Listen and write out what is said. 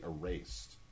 erased